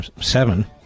seven